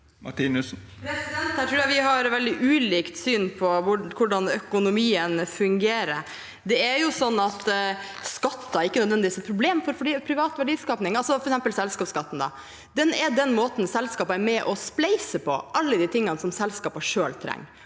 Martinussen (R) Her tror jeg vi har et veldig ulikt syn på hvordan økonomien fungerer. Det er jo slik at skatter ikke nødvendigvis er et problem for privat verdiskaping. For eksempel selskapsskatt: Det er den måten selskapene er med og spleiser på alle de tingene som selskapene selv trenger,